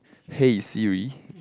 hey Siri